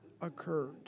occurred